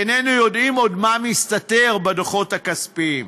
איננו יודעים עוד מה מסתתר בדוחות הכספיים.